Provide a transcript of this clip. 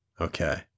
Okay